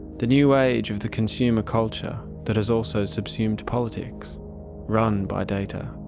the new age of the consumer culture that has also subsumed politics run by data.